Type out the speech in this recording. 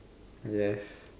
yes